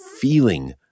feeling